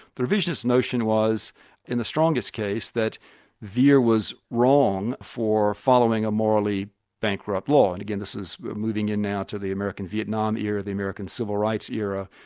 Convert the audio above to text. the revisionist notion was in the strongest case that vere was wrong for following a morally bankrupt law, and again this is moving in now to the american vietnam era, the american civil rights era,